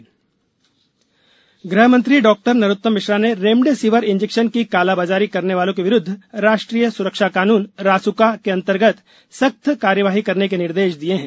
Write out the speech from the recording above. remdesivir इंजे गृह मंत्री डॉ नरोत्तम मिश्रा ने रेमडेसिविर इंजेक्शन की कालाबाजारी करने वालों के विरुद्व राष्ट्रीय सुरक्षा कानून रासुका के अंतर्गत सख्त कार्यवाही करने के निर्देश दिये हैं